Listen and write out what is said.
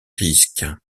risques